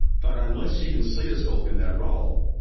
but unless she can see herself in that role,